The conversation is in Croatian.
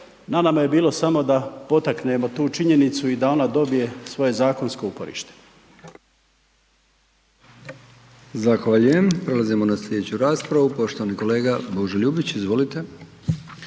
na nama je bilo samo da potaknemo tu činjenicu i da ona dobije svoje zakonsko uporište.